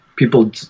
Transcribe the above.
People